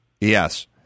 Yes